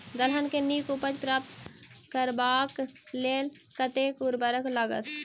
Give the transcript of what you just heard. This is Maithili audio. दलहन केँ नीक उपज प्राप्त करबाक लेल कतेक उर्वरक लागत?